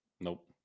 nope